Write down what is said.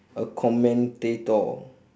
a commentator